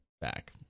back